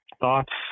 thoughts